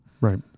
right